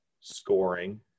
scoring